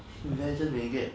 imagine what they get